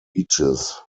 beaches